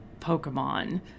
Pokemon